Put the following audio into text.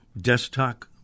desktop